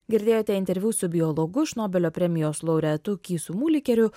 girdėjote interviu su biologu šnobelio premijos laureatu kysu mulikeriu